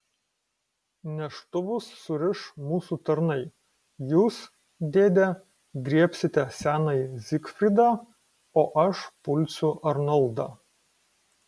neštuvus suriš mūsų tarnai jūs dėde griebsite senąjį zigfridą o aš pulsiu arnoldą